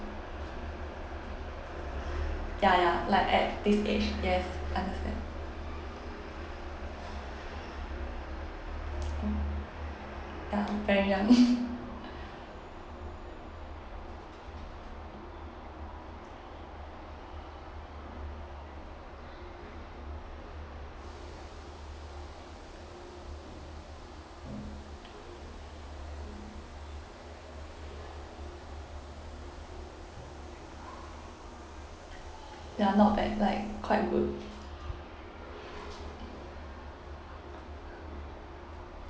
ya ya like at this age yes understand ya very young ya not bad like quite good